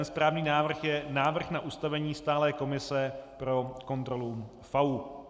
Správný návrh je Návrh na ustavení Stálé komise pro kontrolu FAÚ.